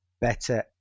better